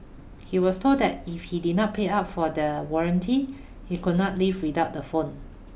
he was told that if he did not pay up for the warranty he could not leave without the phone